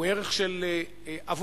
הוא ערך של עבודה.